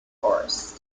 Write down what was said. force